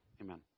Amen